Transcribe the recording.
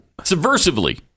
subversively